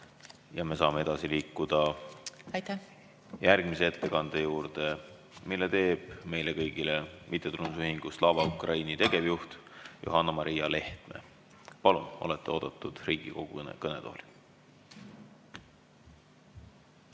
Me saame edasi liikuda järgmise ettekande juurde, mille teeb meile kõigile MTÜ Slava Ukraini tegevjuht Johanna‑Maria Lehtme. Palun, olete oodatud Riigikogu kõnetooli!